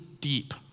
deep